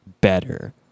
better